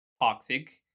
toxic